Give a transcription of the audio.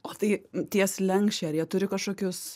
o tai tie slenksčiai ar jie turi kažkokius